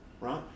right